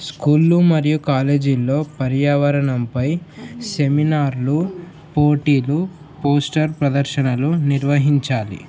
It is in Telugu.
స్కూళ్ళు మరియు కాలేజీల్లో పర్యావరణంపై సెమినార్లు పోటీలు పోస్టర్ ప్రదర్శనలు నిర్వహించాలి